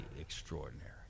extraordinary